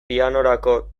pianorako